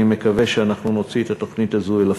אני מקווה שאנחנו נוציא את התוכנית הזאת אל הפועל.